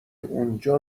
اونجا